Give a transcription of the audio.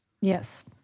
Yes